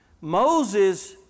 Moses